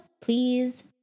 please